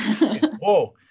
Whoa